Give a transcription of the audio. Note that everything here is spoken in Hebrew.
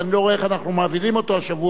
ואני לא רואה איך אנחנו מעבירים אותו השבוע,